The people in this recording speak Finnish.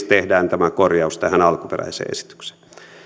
tehdään tämä korjaus tähän alkuperäiseen esitykseen